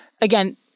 again